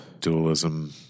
dualism